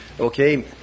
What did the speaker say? Okay